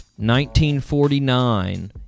1949